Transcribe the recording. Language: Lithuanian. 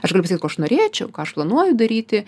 aš galiu pasakyt ko aš norėčiau ką aš planuoju daryti